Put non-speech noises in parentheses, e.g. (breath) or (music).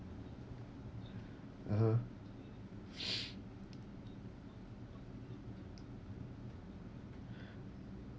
(uh huh) (breath)